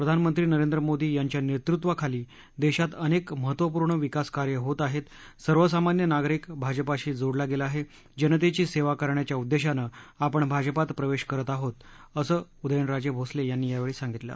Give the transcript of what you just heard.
प्रधानमंत्री नरेंद्र मोदी यांच्या नेतृत्वाखाली देशात अनेक महत्त्वपूर्ण विकास कार्य होत आहेत सर्वसामान्य नागरिक भाजपाशी जोडला गेला आहे जनतेची सेवा करण्याच्या उद्देशानं आपण भाजपात प्रवेश करत आहोत असं उदयनराजे भोसले यांनी यावेळी सागितलं